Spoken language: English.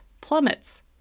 plummets